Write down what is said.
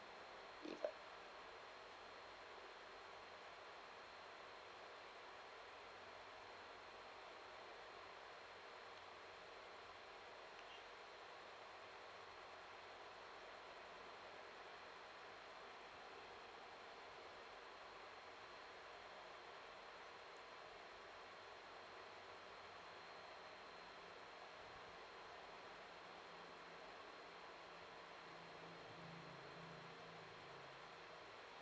ya